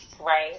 right